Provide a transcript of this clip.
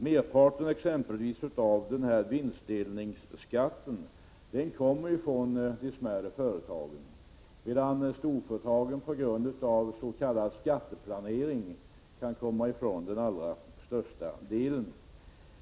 Merparten av vinstdelningsskatten exempelvis kommer från de små företagen, medan storföretagen på grund av s.k. skatteplanering kan komma ifrån den största delen av den skatten.